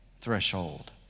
threshold